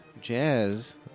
jazz